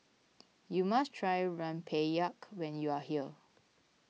you must try Rempeyek when you are here